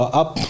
up